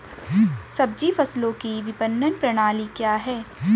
सब्जी फसलों की विपणन प्रणाली क्या है?